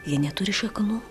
jie neturi šaknų